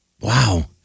Wow